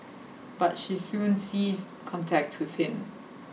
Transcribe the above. but she soon ceased contact with him